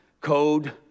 code